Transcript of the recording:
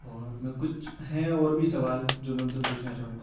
اور میں کچھ ہے اور بھی سوال جو میں ان سے پوچھنا چاہوں گا